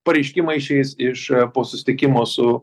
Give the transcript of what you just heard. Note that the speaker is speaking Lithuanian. pareiškimai išeis iš po susitikimo su